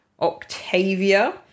Octavia